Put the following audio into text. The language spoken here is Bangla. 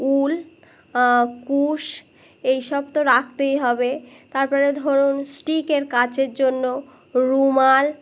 উল কুশ এইসব তো রাখতেই হবে তারপরে ধরুন স্টিকের কাচের জন্য রুমাল